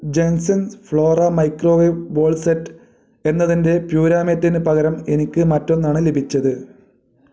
Jensons Flora microwave bowl set എന്നതിന്റെ പ്യുരാമേറ്റിന് പകരം എനിക്ക് മറ്റൊന്നാണ് ലഭിച്ചത്